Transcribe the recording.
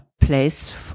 place